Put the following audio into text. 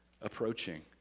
approaching